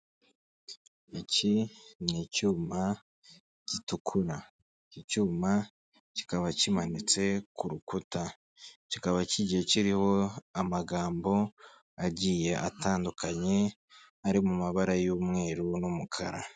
Iki ni icyuma gitukura iki cyuma kikaba kimanitse ku rukuta, kikaba kigiye kiriho amagambo agiye atandukanye ari mu mabara y'umweru n'umukara.